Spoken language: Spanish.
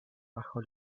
bajo